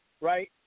right